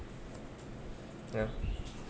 ya